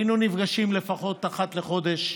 היינו נפגשים לפחות אחת לחודש,